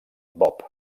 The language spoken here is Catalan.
bob